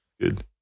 good